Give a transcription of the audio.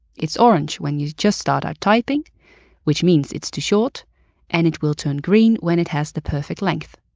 it's orange when you just start out typing which means it's too short and it will turn green when it has the perfect length.